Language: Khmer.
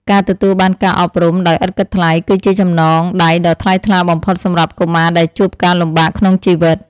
ការទទួលបានការអប់រំដោយឥតគិតថ្លៃគឺជាចំណងដៃដ៏ថ្លៃថ្លាបំផុតសម្រាប់កុមារដែលជួបការលំបាកក្នុងជីវិត។